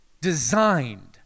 designed